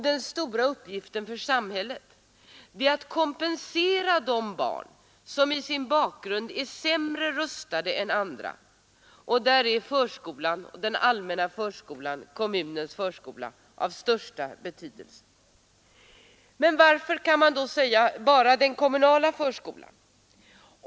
Den stora uppgiften för samhället är att kompensera de barn som genom sin bakgrund är sämre rustade än andra, och där är kommunens förskola av största betydelse. Men varför bara den kommunala förskolan?